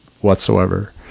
whatsoever